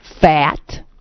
fat